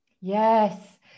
Yes